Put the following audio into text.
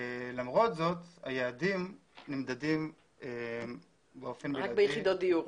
למרות זאת היעדים נמדדים ביחידות דיור,